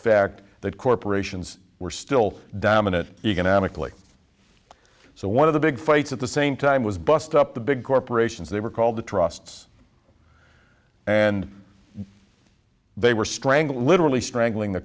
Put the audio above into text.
fact that corporations were still dominant economically so one of the big fights at the same time was bust up the big corporations they were called the trusts and they were strangled literally strangling the